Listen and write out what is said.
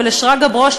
ולשרגא ברוש,